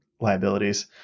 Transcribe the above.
liabilities